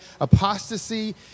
Apostasy